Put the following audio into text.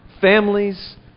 families